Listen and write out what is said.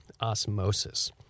osmosis